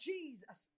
Jesus